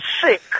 sick